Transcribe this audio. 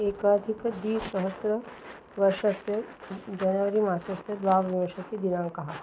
एकाधिकद्विसहस्त्रतमवर्षस्य जनवरि मासस्य द्वाविंशतिदिनाङ्कः